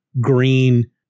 green